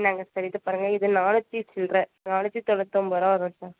இந்தாங்க சார் இது பாருங்க இது நானூற்று சில்லற நானூற்றி தொண்ணூத்து ஒம்பது ரூபா வரும் சார்